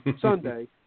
Sunday